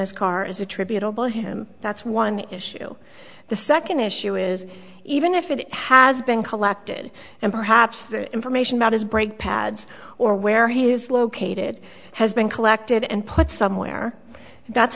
his car is attributable to him that's one issue the second issue is even if it has been collected and perhaps the information about his brake pads or where he is located has been collected and put somewhere that's